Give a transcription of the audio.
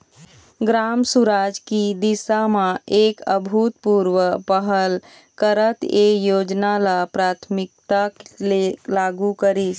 ग्राम सुराज की दिशा म एक अभूतपूर्व पहल करत ए योजना ल प्राथमिकता ले लागू करिस